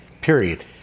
period